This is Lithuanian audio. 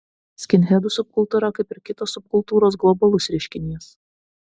skinhedų subkultūra kaip ir kitos subkultūros globalus reiškinys